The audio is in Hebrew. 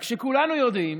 רק שכולנו יודעים